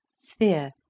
sphere.